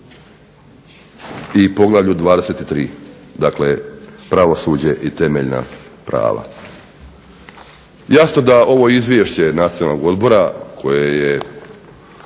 i Poglavlje 23., dakle Pravosuđe i temeljna prava. Jasno da ovo Izvješće Nacionalnog odbora u kojem je